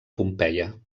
pompeia